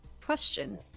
Question